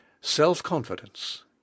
self-confidence